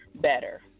better